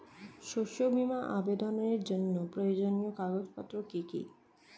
শস্য বীমা আবেদনের জন্য প্রয়োজনীয় কাগজপত্র কি কি?